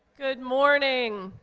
good morning.